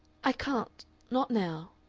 i can't not now.